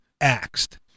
axed